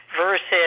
versus